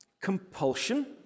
compulsion